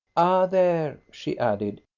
there! she added.